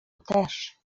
też